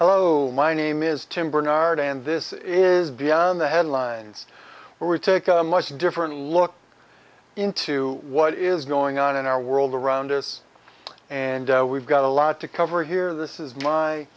hello my name is tim barnard and this is beyond the headlines where we take a much different look into what is going on in our world around us and we've got a lot to cover here this is my